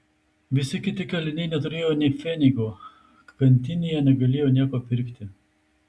visi kiti kaliniai neturėjo nė pfenigo kantinėje negalėjo nieko pirkti